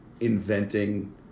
inventing